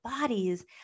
bodies